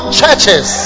churches